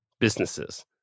businesses